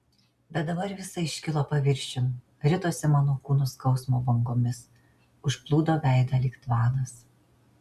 bet dabar visa iškilo paviršiun ritosi mano kūnu skausmo bangomis užplūdo veidą lyg tvanas